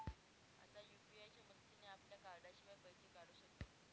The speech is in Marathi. आता यु.पी.आय च्या मदतीने आपल्या कार्डाशिवाय पैसे काढू शकतो